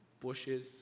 bushes